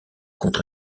contre